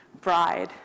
bride